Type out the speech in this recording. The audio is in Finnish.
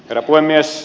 herra puhemies